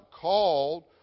called